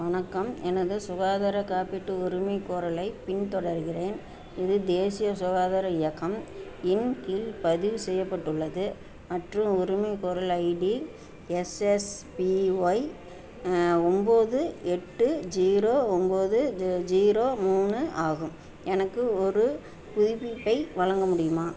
வணக்கம் எனது சுகாதார காப்பீட்டு உரிமைகோரலைப் பின்தொடர்கின்றேன் இது தேசிய சுகாதார இயக்கம் இன் கீழ் பதிவு செய்யப்பட்டுள்ளது மற்றும் உரிமைகோரல் ஐடி எஸ்எஸ்பிஒய் ஒன்போது எட்டு ஜீரோ ஒன்போது ஜீரோ மூணு ஆகும் எனக்கு ஒரு புதுப்பிப்பை வழங்க முடியுமா